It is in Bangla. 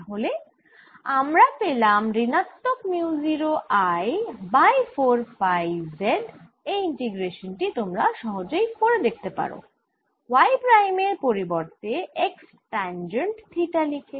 তাহলে আমরা পেলাম ঋণাত্মক mu 0 I by 4 pi z এই ইন্টিগ্রেশান টি তোমরা সহজেই করতে পারো y প্রাইমের পরিবর্তে x ট্যানজেন্ট থিটা লিখে